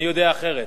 אני יודע אחרת.